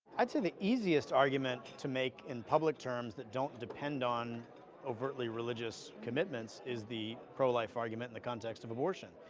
i'd say the easiest argument to make in public terms that don't depend on overtly religious commitment is the pro-life argument the context of abortion.